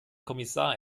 kommissar